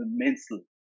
immensely